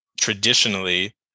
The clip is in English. traditionally